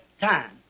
time